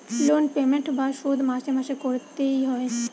loan payment বা শোধ মাসে মাসে করতে এ হয়